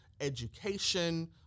education